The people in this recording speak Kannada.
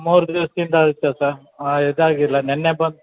ಮೂರು ದಿವ್ಸದಿಂದ ಆಗುತ್ತೆ ಸರ್ ಇದಾಗಿಲ್ಲ ನಿನ್ನೆ ಬನ್